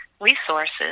resources